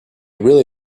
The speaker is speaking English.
really